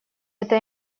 это